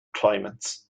climates